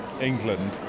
England